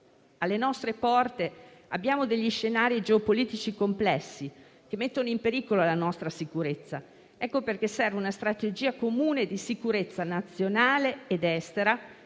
Alle nostre porte abbiamo degli scenari geopolitici complessi, che mettono in pericolo la nostra sicurezza. Ecco perché serve una strategia comune di sicurezza nazionale ed estera